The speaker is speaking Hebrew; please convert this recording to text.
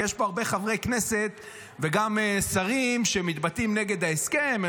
כי יש פה הרבה חברי כנסת וגם שרים שמתבטאים נגד ההסכם.